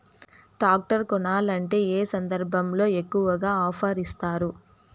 Tractor కొనాలంటే ఏ సందర్భంలో ఎక్కువగా ఆఫర్ ఇస్తారు?